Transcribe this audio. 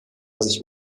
sich